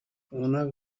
honako